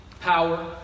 Power